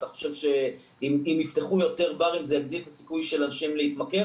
אתה חושב שאם יפתחו יותר ברים זה יגדיל את הסיכוי של אנשים להתמכר?